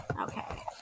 Okay